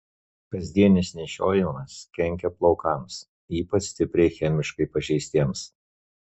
kasdienis nešiojimas kenkia plaukams ypač stipriai chemiškai pažeistiems